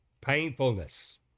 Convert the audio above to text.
painfulness